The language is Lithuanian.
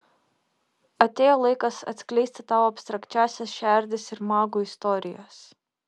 atėjo laikas atskleisti tau abstrakčiąsias šerdis ir magų istorijas